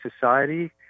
society